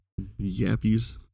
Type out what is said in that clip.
yappies